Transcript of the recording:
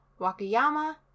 Wakayama